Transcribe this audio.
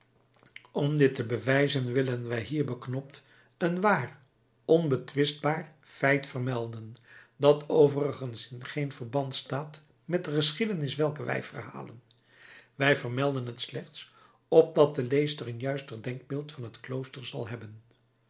om dit te bewijzen willen wij hier beknopt een waar onbetwistbaar feit vermelden dat overigens in geen verband staat met de geschiedenis welke wij verhalen wij vermelden het slechts opdat de lezer een juister denkbeeld van het klooster zal hebben